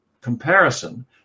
comparison